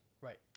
Right